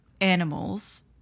animals